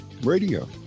radio